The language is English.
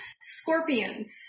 scorpions